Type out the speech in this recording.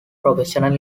professional